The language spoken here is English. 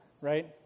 right